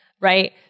Right